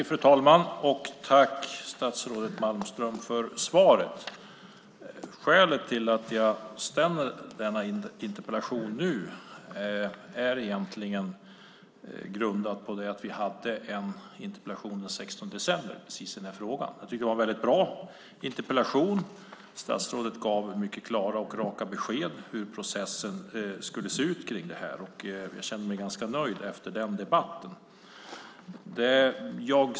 Fru talman! Tack statsrådet Malmström för svaret! Skälet till att jag ställer denna interpellation nu har egentligen sin grund i att vi hade en interpellationsdebatt den 16 december i precis den här frågan. Jag tycker att det var ett mycket bra interpellationssvar. Statsrådet gav mycket klara och raka besked om hur processen kring det här skulle se ut. Jag kände mig ganska nöjd efter den debatten.